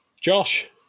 Josh